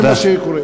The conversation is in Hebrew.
זה מה שקורה.